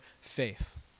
faith